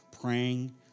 praying